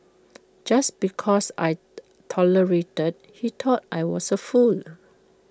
just because I tolerated he thought I was A fool